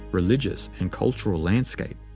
religious, and cultural landscape.